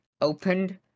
opened